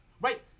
right